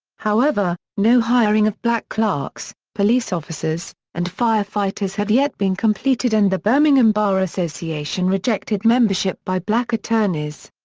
however, no hiring of black clerks, police officers, and firefighters had yet been completed and the birmingham bar association rejected membership by black attorneys.